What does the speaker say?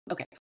Okay